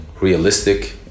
realistic